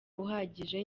uhagije